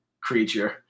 creature